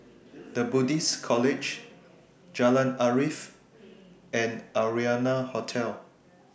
The Buddhist College Jalan Arif and Arianna Hotel